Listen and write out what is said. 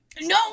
no